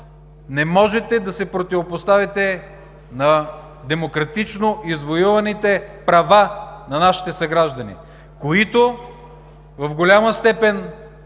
не можете да се противопоставите на демократично извоюваните права на нашите съграждани, за които в голяма степен